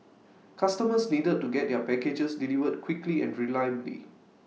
customers needed to get their packages delivered quickly and reliably